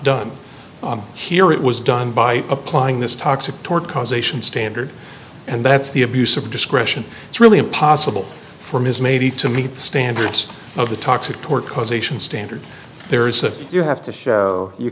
done here it was done by applying this toxic toward causation standard and that's the abuse of discretion it's really impossible for ms made to meet the standards of the toxic tort causation standard there is a you have to show you